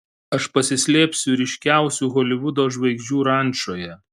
aš pasislėpsiu ryškiausių holivudo žvaigždžių rančoje